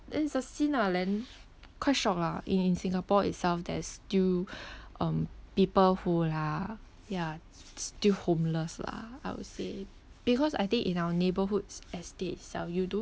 then it's a scene lah then quite shock lah in in singapore itself there's still um people who are ya still homeless lah I would say because I think in our neighbourhoods estates itself you don't